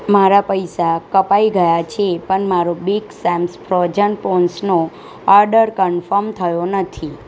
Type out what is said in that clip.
મારા પૈસા કપાઈ ગયા છે પણ મારો બિગ સેમ્સ ફ્રોઝન પ્રોન્ઝનો ઓર્ડર કનફોર્મ થયો નથી